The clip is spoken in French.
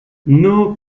nos